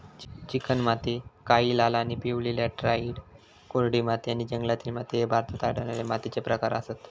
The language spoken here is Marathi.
चिकणमाती, काळी, लाल आणि पिवळी लॅटराइट, कोरडी माती आणि जंगलातील माती ह्ये भारतात आढळणारे मातीचे प्रकार आसत